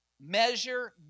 measure